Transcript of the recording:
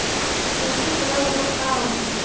पशु प्लग रोग का होखे?